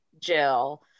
Jill